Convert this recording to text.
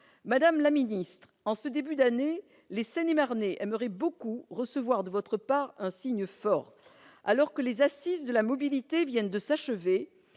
Madame la ministre, en ce début d'année, les Seine-et-Marnais aimeraient beaucoup recevoir de votre part un signe fort. Alors que les Assises de la mobilité viennent de s'achever